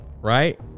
right